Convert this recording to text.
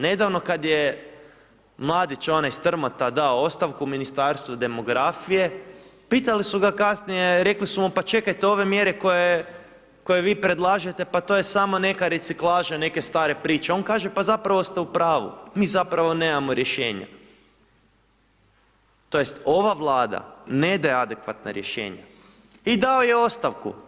Nedavno kada je mladić, onaj Strmota, dao ostavku Ministarstvu demografije, pitali su ga kasnije, rekli su mu, pa čekajte ove mjere koje vi predlažete, pa to je samo neka reciklaža, neke stare priče, on kaže, pa zapravo ste u pravu, mi zapravo nemamo rješenje tj. ova Vlada ne daje adekvatna rješenja i dao je ostavku.